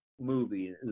movie